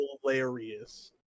hilarious